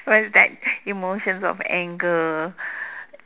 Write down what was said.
where's that emotions of anger